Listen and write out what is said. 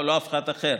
לא אף אחד אחר.